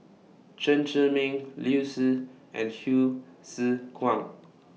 Chen Zhiming Liu Si and Hsu Tse Kwang